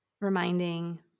reminding